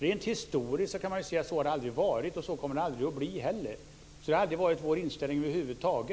Rent historiskt går det att se att så har det aldrig varit, och så kommer det aldrig att bli. Så har aldrig vår inställning varit. Låt oss